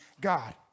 God